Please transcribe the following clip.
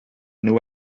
nhw